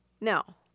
Now